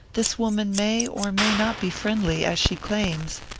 this woman may or may not be friendly, as she claims,